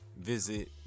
visit